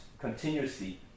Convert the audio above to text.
continuously